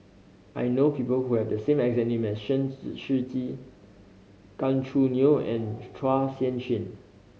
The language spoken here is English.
I know people who have the same exact name as Shiji Gan Choo Neo and Chua Sian Chin